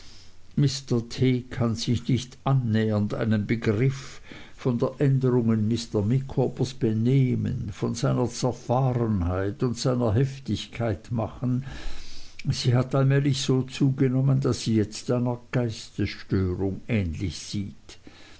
mr t kann sich nicht annähernd einen begriff von der änderung in mr micawbers benehmen von seiner zerfahrenheit und seiner heftigkeit machen sie hat allmählich so zugenommen daß sie jetzt einer geistesstörung ähnlich sieht